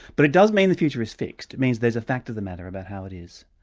but it does mean the future is fixed. it means there's a fact of the matter about how it is.